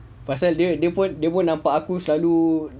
pasal dia pun dia pun nampak aku selalu